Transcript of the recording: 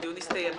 הדיון הסתיים.